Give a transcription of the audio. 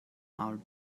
our